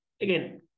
again